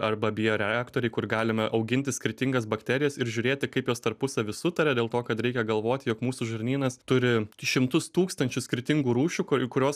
arba bioreaktoriai kur galime auginti skirtingas bakterijas ir žiūrėti kaip jos tarpusavy sutaria dėl to kad reikia galvot jog mūsų žarnynas turi šimtus tūkstančius skirtingų rūšių kur kurios